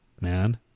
man